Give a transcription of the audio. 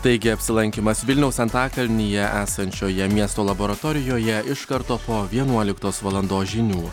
taigi apsilankymas vilniaus antakalnyje esančioje miesto laboratorijoje iš karto po vienuoliktos valandos žinių